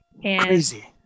Crazy